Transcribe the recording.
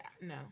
no